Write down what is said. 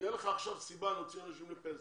תהיה לך עכשיו סיבה להוציא אנשים לפנסיה.